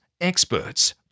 experts